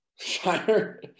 shiner